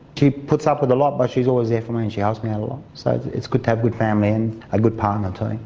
she puts up with a lot, but she's always there for me and she hugs ah me a lot so it's good to have good family and a good partner too.